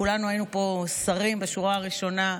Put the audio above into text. כולנו היינו פה שרים בשורה הראשונה,